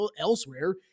elsewhere